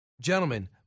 gentlemen